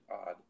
odd